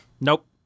Nope